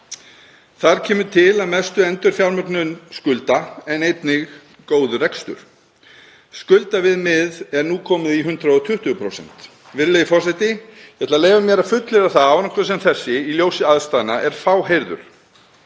Þar kemur til að mestu endurfjármögnun skulda en einnig góður rekstur. Skuldaviðmiðið er nú komið í 120%, virðulegi forseti. Ég ætla að leyfa mér að fullyrða að árangur sem þessi í ljósi aðstæðna er fáheyrður.